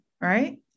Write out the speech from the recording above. right